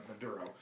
Maduro